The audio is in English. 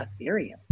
Ethereum